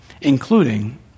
including